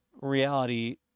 reality